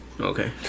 Okay